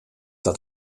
dat